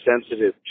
sensitive